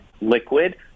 liquid